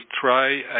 try